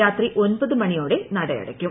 രാത്രി ഒൻപത് മണിയോടെ നട അടയ്ക്കും